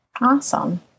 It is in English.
Awesome